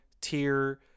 tier